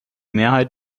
mehrheit